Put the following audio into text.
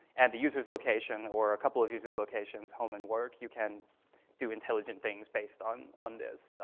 and the user's location, or a couple of users' locations, home and work, you can do intelligent things based on on this,